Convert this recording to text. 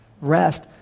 rest